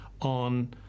on